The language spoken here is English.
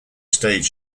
stage